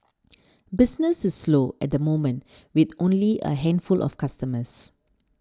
business is slow at the moment with only a handful of customers